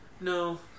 no